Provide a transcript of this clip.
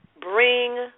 Bring